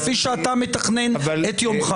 כפי שאתה מתכנן את יומך.